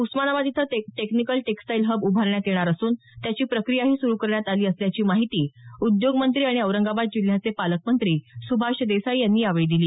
उस्मानाबाद इथं technical textile hub उभारण्यात येणार असून त्याची प्रक्रियाही सुरु करण्यात आली असल्याची माहिती उद्योग मंत्री आणि औरंगाबाद जिल्ह्याचे पालकमंत्री सुभाष देसाई यांनी यावेळी दिली